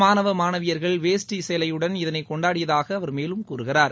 மாணவ மாணவியர்கள் வேஷ்டி சேலையுடன் இதனை கொண்டாடியதாக அவர் மேலும் கூறுகிறார்